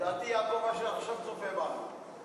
לדעתי יעקב אשר עכשיו צופה בנו.